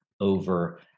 over